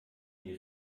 die